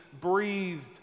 breathed